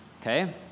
Okay